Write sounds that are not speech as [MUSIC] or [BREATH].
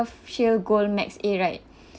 healthshield gold max a right [BREATH]